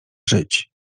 żyć